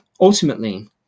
Ultimately